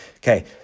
Okay